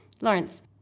Lawrence